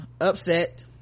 upset